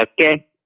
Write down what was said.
okay